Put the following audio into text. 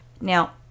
Now